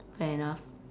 fair enough